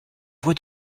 voix